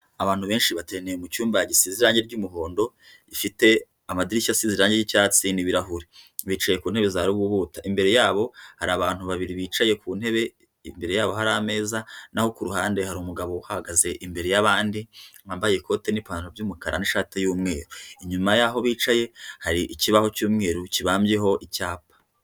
Abantu benshi bateraniye mu cyumba gisi irange ry'umuhondo, gifite amadirishya asize ry'icyatsi n'ibirahure, bicaye ku ntebe za rububuta, imbere yabo hari abantu babiri bicaye ku ntebe, imbere yabo hari ameza naho kuruhande hari umugabo uhahagaze imbere y'abandi wambaye ikote ni'pantaro by'umukara n'ishati y'umweru, inyuma yaho bicaye hari ikibaho cy'umweru kibambyeho icyapa.